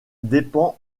dépend